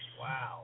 Wow